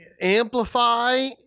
Amplify